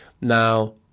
now